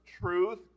truth